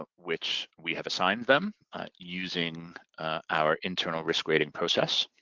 ah which we have assigned them using our internal risk rating process.